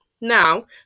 Now